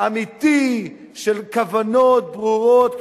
אמיתי של כוונות ברורות,